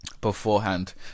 beforehand